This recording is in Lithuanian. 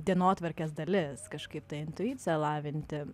dienotvarkės dalis kažkaip tą intuiciją lavinti